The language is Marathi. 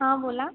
हां बोला